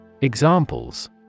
Examples